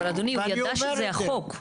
אבל אדוני, הוא ידע שזה החוק.